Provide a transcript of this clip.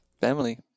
family